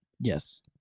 Yes